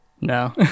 No